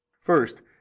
First